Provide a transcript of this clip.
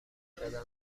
دادن